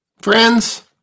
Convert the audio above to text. friends